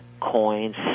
Coins